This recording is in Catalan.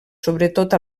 sobretot